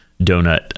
donut